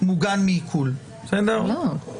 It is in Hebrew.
מוגן מעיקול --- לא,